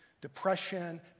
depression